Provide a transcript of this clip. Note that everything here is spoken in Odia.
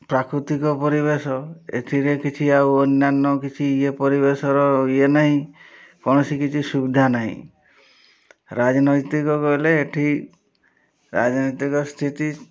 ପ୍ରାକୃତିକ ପରିବେଶ ଏଥିରେ କିଛି ଆଉ ଅନ୍ୟାନ୍ୟ କିଛି ଇଏ ପରିବେଶର ଇଏ ନାହିଁ କୌଣସି କିଛି ସୁବିଧା ନାହିଁ ରାଜନୈତିକ କହିଲେ ଏଠି ରାଜନୈତିକ ସ୍ଥିତି